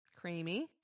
creamy